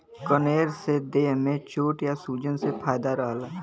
कनेर से देह में चोट या सूजन से फायदा रहला